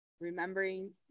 Remembering